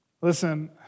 Listen